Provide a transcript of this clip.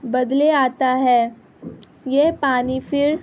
بدلے آتا ہے یہ پانی پھر